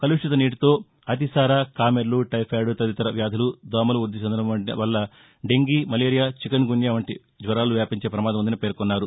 కలుషిత నీటితో అతిసార కామెర్లు టైఫాయిడ్ తదితర వ్యాధులు దోమలు వృద్ది చెందడం వల్ల డెంగీ మలేరియా చికున్ గున్యా వంటి జ్వరాలు వ్యాపించే ప్రమాదముందని మంతి పేర్కొన్నారు